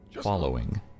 Following